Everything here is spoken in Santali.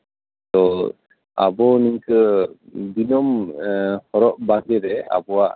ᱛᱚ ᱟᱵᱚ ᱱᱤᱝᱠᱟᱹ ᱫᱤᱱᱟᱹᱢ ᱦᱚᱨᱚᱜ ᱵᱟᱸᱫᱮ ᱨᱮ ᱟᱵᱚᱣᱟᱜ